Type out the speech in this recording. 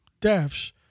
deaths